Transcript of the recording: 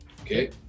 Okay